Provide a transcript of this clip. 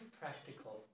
practical